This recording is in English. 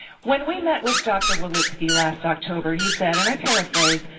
when we met with dr. wolitzki last october he said, and i paraphrase,